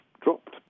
dropped